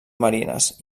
marines